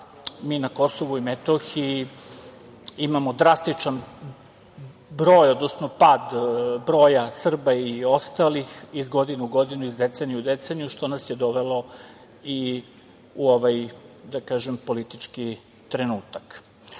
mi na KiM imamo drastičan broj, odnosno pad broja Srba i ostalih iz godine u godinu, iz decenije u deceniju, što nas je dovelo i u ovaj, da kažem, politički trenutak. Pročitao